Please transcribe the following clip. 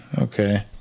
okay